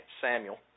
Samuel